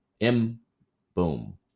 M-Boom